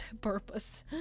purpose